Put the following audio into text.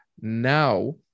now